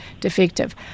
defective